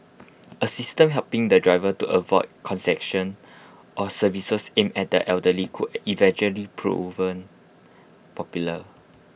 A system helping the driver to avoid or services aimed at the elderly could eventually proven popular